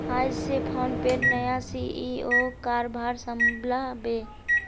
आइज स फोनपेर नया सी.ई.ओ कारभार संभला बे